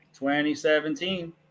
2017